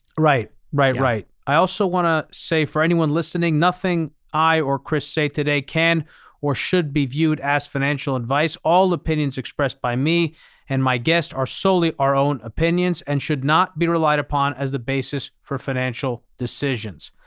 right, right, right. i also want to say for anyone listening, nothing i or chris say today can or should be viewed as financial advice. all opinions expressed by me and my guest are solely our own opinions and should not be relied upon as the basis for financial decisions.